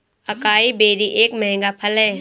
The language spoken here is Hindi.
अकाई बेरी एक महंगा फल है